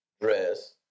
dress